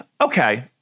okay